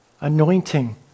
anointing